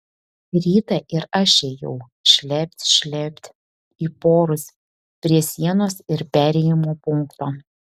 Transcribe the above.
rytą ir aš ėjau šlept šlept į porus prie sienos ir perėjimo punkto